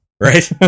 right